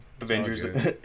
Avengers